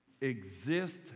exist